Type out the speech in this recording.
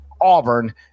Auburn